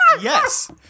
Yes